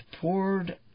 poured